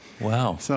Wow